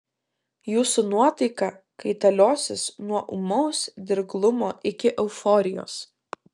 jūsų nuotaika kaitaliosis nuo ūmaus dirglumo iki euforijos